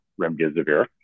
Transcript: remdesivir